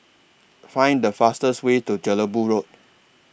Find The fastest Way to Jelebu Road